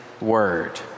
Word